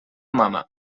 mama